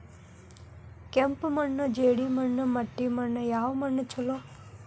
ಕೆಂಪು ಮಣ್ಣು, ಜೇಡಿ ಮಣ್ಣು, ಮಟ್ಟಿ ಮಣ್ಣ ಯಾವ ಮಣ್ಣ ಛಲೋ?